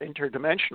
interdimensional